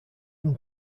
from